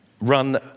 run